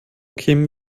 kämen